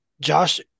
Josh